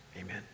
Amen